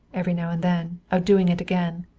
every now and then, of doing it again.